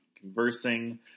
conversing